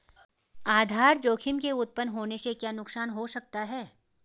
आधार जोखिम के उत्तपन होने से क्या नुकसान हो सकता है?